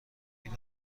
بلیط